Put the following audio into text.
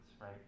right